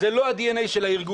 זה לא הדנ"א של הארגון,